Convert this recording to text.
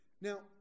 Now